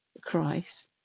Christ